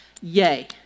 Yay